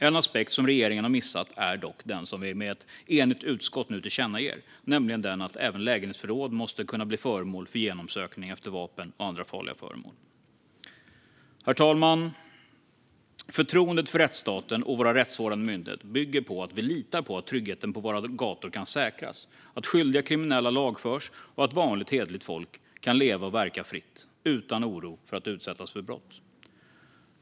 En aspekt som regeringen har missat är dock den som vi med ett enigt utskott nu tillkännager, nämligen att även lägenhetsförråd måste kunna bli föremål för genomsökning efter vapen och andra farliga föremål. Herr talman! Förtroendet för rättsstaten och våra rättsvårdande myndigheter bygger på att vi litar på att tryggheten på våra gator kan säkras, att skyldiga kriminella lagförs och att vanligt hederligt folk kan leva och verka fritt utan oro för att utsättas för brott.